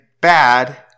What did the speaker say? bad